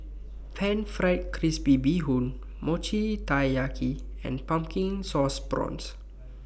Pan Fried Crispy Bee Hoon Mochi Taiyaki and Pumpkin Sauce Prawns